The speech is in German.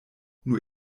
nur